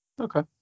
Okay